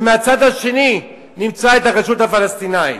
ומהצד השני נמצא את הרשות הפלסטינית,